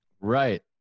Right